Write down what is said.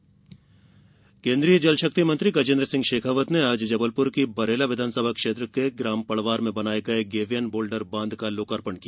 भूमि पूजन केन्द्रीय जलशक्ति मंत्री गजेन्द्र सिंह शेखावत ने आज जबलपुर की बरेला विधानसभा क्षेत्र के ग्राम पड़वार में बनाये गये गेवयन बोल्डर बांध का लोकार्पण किया